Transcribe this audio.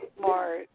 more